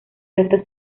restos